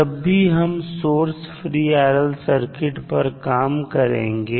जब भी हम सोर्स फ्री RL सर्किट पर काम करेंगे